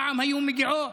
פעם היו מגיעות,